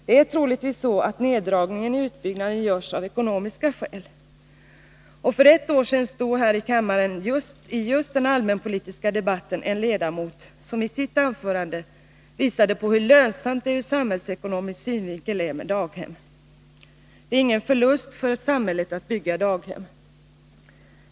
Det är troligtvis så att neddragningen i utbyggnaden görs av ekonomiska skäl. För ett år sedan stod här i kammaren i just den allmänpolitiska debatten en ledamot som i sitt anförande visade på hur lönsamt det ur samhällsekonomisk synvinkel är med daghem. Det är ingen förlust för samhället att bygga daghem.